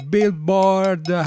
Billboard